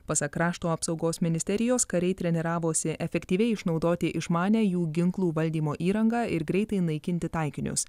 pasak krašto apsaugos ministerijos kariai treniravosi efektyviai išnaudoti išmanią jų ginklų valdymo įrangą ir greitai naikinti taikinius